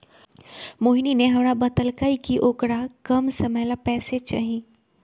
मोहिनी ने हमरा बतल कई कि औकरा कम समय ला पैसे चहि